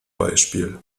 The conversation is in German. beispiel